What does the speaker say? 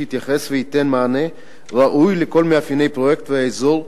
שיתייחס וייתן מענה ראוי לכל מאפייני הפרויקט והאזור הייחודיים,